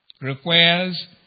requires